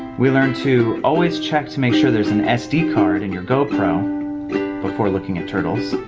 we learned to always check to make sure there's an sd card in your gopro before looking at turtles,